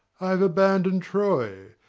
i have abandon'd troy,